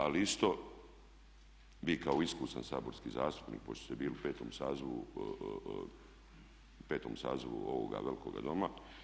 Ali isto vi kao iskusan saborski zastupnik koji ste bili u 5 sazivu ovoga velikoga Doma.